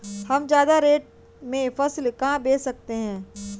हम ज्यादा रेट में फसल कहाँ बेच सकते हैं?